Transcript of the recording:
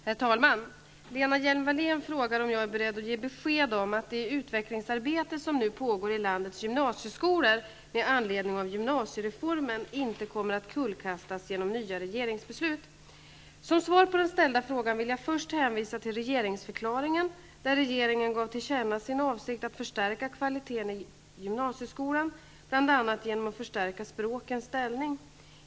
Herr talman! Lena Hjelm-Wallén frågar om jag är beredd att ge besked om att det utvecklingsarbete som nu pågår i landets gymnasieskolor med anledning av gymnasiereformen inte kommer att kullkastas genom nya regeringsbeslut. Som svar på den ställda frågan vill jag först hänvisa till regeringsförklaringen, där regeringen gav till känna sin avsikt att förstärka kvaliteten i gymnasieskolan, bl.a. genom att förstärka språkens ställning.